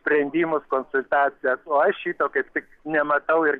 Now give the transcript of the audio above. sprendimus konsultacijas o aš šito kaip tik nematau ir